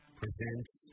presents